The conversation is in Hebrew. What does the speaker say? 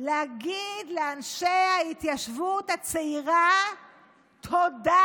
להגיד לאנשי ההתיישבות הצעירה תודה